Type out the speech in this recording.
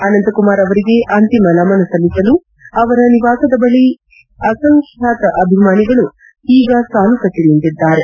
ಅನಂತಕುಮಾರ್ ಅವರಿಗೆ ಅಂತಿಮ ನಮನ ಸಲ್ಲಿಸಲು ಅವರ ನಿವಾಸದ ಬಳಿ ಅವರ ಅಸಂಖ್ಯ ಅಭಿಮಾನಿಗಳು ಈಗ ಸಾಲುಗಟ್ಟ ನಿಂತಿದ್ದಾರೆ